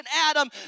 Adam